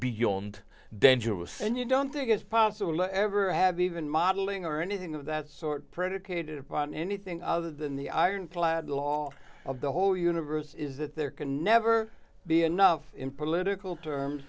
beyond dangerous and you don't think it's possible to ever have even modeling or anything of that sort predicated upon anything other than the ironclad law of the whole universe is that there can never be enough in political terms